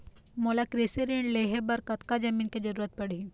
मोला कृषि ऋण लहे बर कतका जमीन के जरूरत पड़ही?